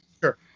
Sure